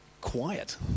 quiet